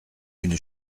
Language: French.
une